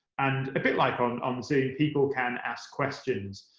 and a bit like on um zoom, people can ask questions.